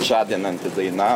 žadinanti daina